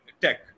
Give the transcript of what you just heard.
tech